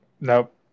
Nope